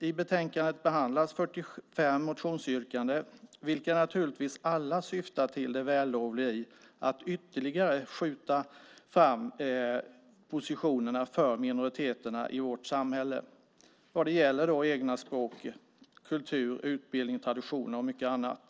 I betänkandet behandlas 45 motionsyrkanden, vilka naturligtvis alla syftar till det vällovliga att ytterligare skjuta fram positionerna för minoriteterna i vårt samhälle. Det gäller då det egna språket, kultur, utbildning, traditioner och mycket annat.